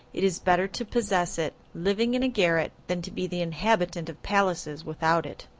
it is better to possess it, living in a garret, than to be the inhabitant of palaces without it.